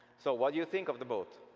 so what do you think of the boat?